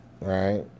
right